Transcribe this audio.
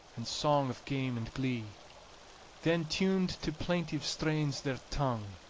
and song of game and glee then tuned to plaintive strains their tongue,